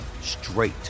straight